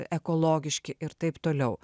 ekologiški ir taip toliau